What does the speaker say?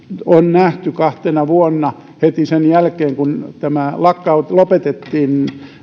on nähty kahtena vuonna heti sen jälkeen kun tämä lopetettiin